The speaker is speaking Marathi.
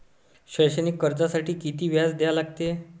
शैक्षणिक कर्जासाठी किती व्याज द्या लागते?